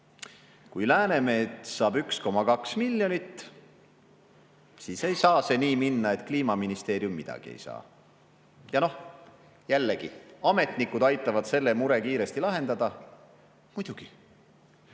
Kui Läänemets saab 1,2 miljonit, siis ei saa see nii minna, et Kliimaministeerium midagi ei saa. Jällegi aitavad ametnikud selle mure kiiresti lahendada: "Muidugi,